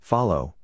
Follow